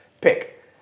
pick